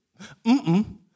Mm-mm